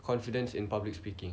confidence in public speaking